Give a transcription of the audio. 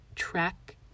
track